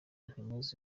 ntimuzi